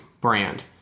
brand